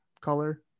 color